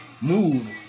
move